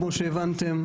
כמו שהבנתם,